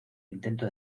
intento